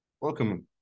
welcome